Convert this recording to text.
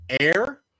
air